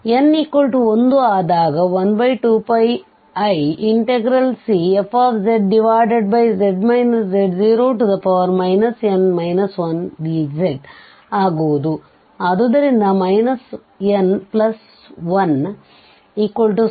ಅದು n1ಆದಾಗ 12πiCfzz z0 n1dz ಆಗುವುದು ಆದ್ದರಿಂದ n1 0